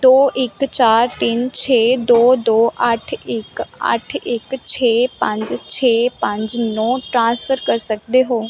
ਦੋ ਇੱਕ ਚਾਰ ਤਿੰਨ ਛੇ ਦੋ ਦੋ ਅੱਠ ਇੱਕ ਅੱਠ ਇੱਕ ਛੇ ਪੰਜ ਛੇ ਪੰਜ ਨੌ ਟ੍ਰਾਂਸਫਰ ਕਰ ਸਕਦੇ ਹੋ